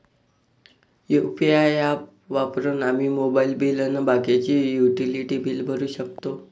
UPI app वापरून आम्ही mobile bill अन बाकीचे युटिलिटी बिल भरू शकतो